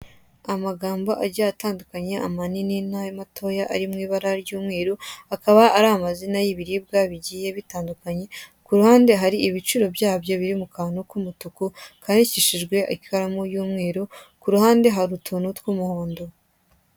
Amagambo agiye atandukanye amanini namatoya arimwibara ry'umweru akaba Ari amazina yibiribwa bigiye bitandukanye, kuruhande hari ibiciro byabyo biri mukantu kumutuku kandikishijwe ikaramu y'umweru kuruhande hari utuntu tw'umuhondo.